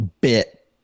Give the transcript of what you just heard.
bit